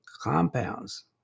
compounds